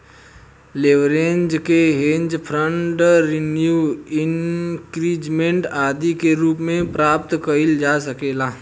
leverage के hedge fund renew increment आदि के रूप में प्राप्त कईल जा सकेला